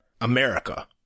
America